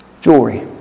Jewelry